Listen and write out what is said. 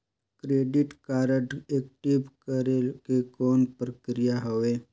Credit card active करे के कौन प्रक्रिया हवे?